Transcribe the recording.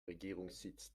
regierungssitz